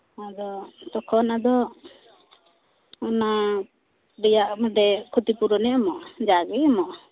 ᱟᱫᱚ ᱛᱚᱠᱷᱚᱱ ᱟᱫᱚ ᱚᱱᱟ ᱨᱮᱭᱟᱜ ᱵᱚᱞᱮ ᱠᱷᱚᱛᱤ ᱯᱩᱨᱚᱱᱮ ᱮᱢᱚᱜᱝᱼᱟ ᱡᱟᱜᱮ ᱮᱢᱚᱜᱼᱟ